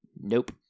Nope